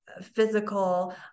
physical